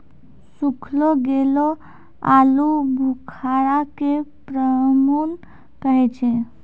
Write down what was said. सुखैलो गेलो आलूबुखारा के प्रून कहै छै